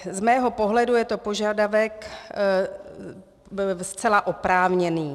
Z mého pohledu je to požadavek zcela oprávněný.